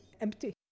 empty